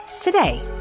today